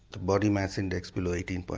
the body mass index below eighteen. but